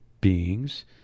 beings